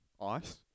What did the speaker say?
Ice